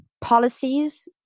policies